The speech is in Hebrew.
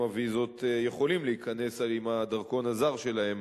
הוויזות יכולים להיכנס עם הדרכון הזר שלהם